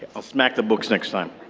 i'll smack the books next time.